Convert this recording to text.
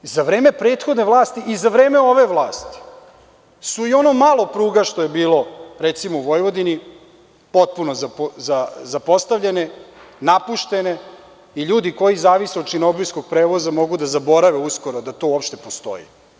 Za vreme prethodne vlasti i za vreme ove vlasti, su i ono malo pruga što je bilo, recimo u Vojvodini, potpuno zapostavljene, napuštene i ljudi koji zavise od šinobuskog prevoza mogu da zaborave uskoro da to uopšte postoji.